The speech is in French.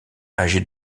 âgée